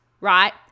right